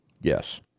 Yes